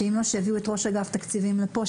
ואם לא אז שיביאו את ראש אגף התקציבים לפה,